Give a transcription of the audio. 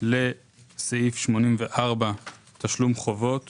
לסעיף 84, תשלום חובות